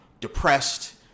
depressed